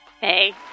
Hey